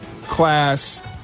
class